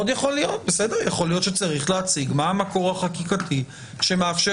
יכול להיות שצריך להציג מה המקור החקיקתי שמאפשר